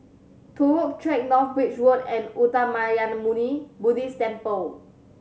Turut Track North Bridge Road and Uttamayanmuni Buddhist Temple